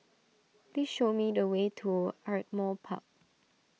please show me the way to Ardmore Park